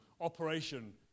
operation